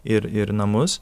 ir ir namus